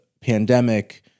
pandemic